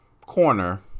corner